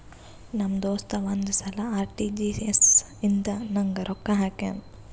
ನಮ್ ದೋಸ್ತ ಒಂದ್ ಸಲಾ ಆರ್.ಟಿ.ಜಿ.ಎಸ್ ಇಂದ ನಂಗ್ ರೊಕ್ಕಾ ಹಾಕ್ಯಾನ್